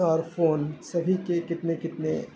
اور فون سبھی کے کتنے کتنے